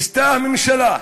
ניסתה הממשלה,